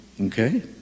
Okay